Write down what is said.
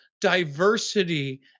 diversity